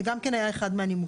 זה גם כן היה אחד מהנימוקים.